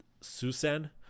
Susan